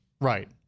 Right